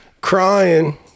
crying